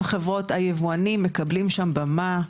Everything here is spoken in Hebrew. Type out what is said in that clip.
היבואנים מקבלים שם במה יפה,